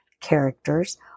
characters